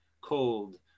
cold